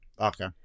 Okay